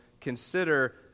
consider